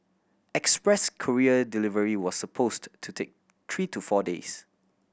express courier delivery was supposed to take three to four days